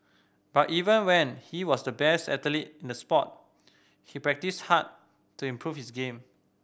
but even when he was the best athlete in the sport he practised hard to improve his game